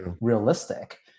realistic